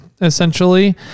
essentially